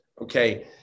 Okay